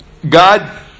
God